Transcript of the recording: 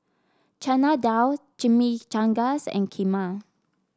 Chana Dal Chimichangas and Kheema